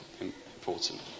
important